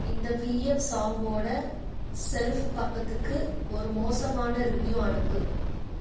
இந்த P F சாங்கோட shelf பக்கத்துக்கு ஒரு மோசமான ரிவ்யூ அனுப்பு